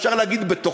אפשר לומר בתוכנו,